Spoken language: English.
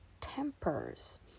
tempers